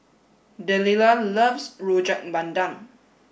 Delilah loves rojak bandung